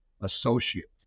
associates